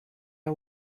are